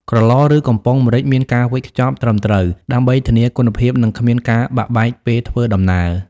ក្រឡ ឬ កំប៉ុងម្រេចមានការវេចខ្ចប់ត្រឹមត្រូវ ដើម្បីធានាគុណភាព និងគ្មានការបាក់បែកពេលធ្វើដំណើរ។